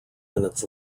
minutes